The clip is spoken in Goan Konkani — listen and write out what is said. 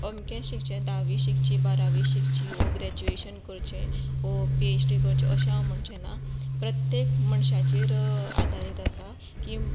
अमकें शिक्षण धाव्वी शिकची बारावी शिकची ओ ग्रेजुयेशन करचें ओ पीएचडी करचें अशें हांव म्हणचेना प्रत्येक मनशाचेर आदारीत आसा की